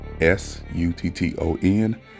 S-U-T-T-O-N